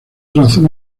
razón